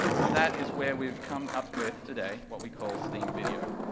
and that is where we've come up with, today, what we call steam video.